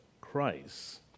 Christ